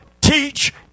teach